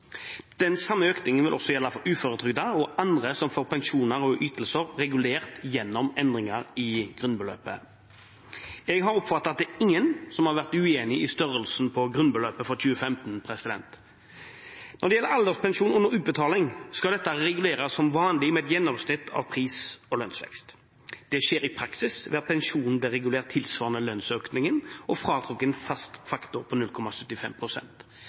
Den samme økningen vil også gjelde for uføretrygdede og andre som får pensjoner og ytelser regulert gjennom endringer i grunnbeløpet. Jeg har oppfattet at det er ingen som har vært uenig i størrelsen på grunnbeløpet for 2015. Når det gjelder alderspensjon under utbetaling, skal dette reguleres som vanlig, med et gjennomsnitt av pris- og lønnsvekst. Det skjer i praksis ved at pensjonen blir regulert tilsvarende lønnsøkningen og fratrukket en fast faktor på